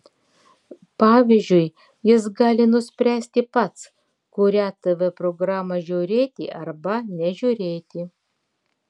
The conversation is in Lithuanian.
pavyzdžiui jis gali nuspręsti pats kurią tv programą žiūrėti arba nežiūrėti